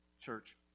church